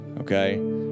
okay